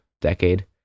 decade